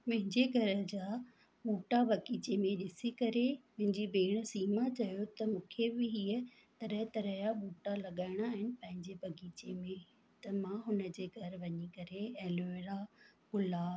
मुंहिंजे घर जा बूटा वगीचे में ॾिसी करे मुंहिंजी भेण सीमा चयो त मूंखे बि हीअं तरह तरह जा बूटा लॻाइणा आहिन पंहिंजे बाग़ीचे में त मां हुन जे घर वञी करे एलोवेरा गुलाब